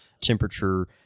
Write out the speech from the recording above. temperature